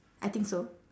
I think so